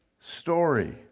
story